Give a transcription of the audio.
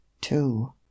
two